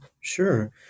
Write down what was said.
Sure